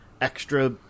extra